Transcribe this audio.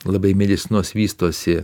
labai medicinos vystosi